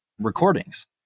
recordings